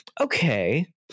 okay